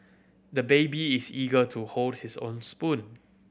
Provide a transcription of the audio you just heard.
the baby is eager to hold his own spoon